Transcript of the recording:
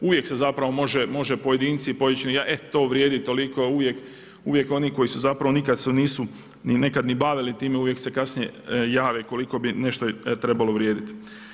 Uvijek se zapravo može pojedinci e to vrijedi toliko, uvijek oni koji su zapravo nikad se nisu nekad ni bavili time, uvijek se kasnije jave koliko bi nešto trebalo vrijediti.